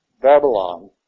Babylon